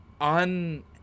on –